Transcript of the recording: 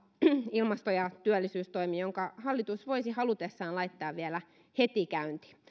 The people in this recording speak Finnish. ilmasto ja työllisyystoimi jonka hallitus voisi halutessaan laittaa vielä heti käyntiin